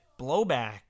blowback